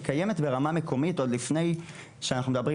היא קיימת ברמה מקומית עוד לפני שאנחנו מדברים